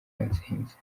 ntsinzi